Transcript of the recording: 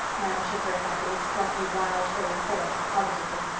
anne shook her head with its fluffy wild cherry coronal positively.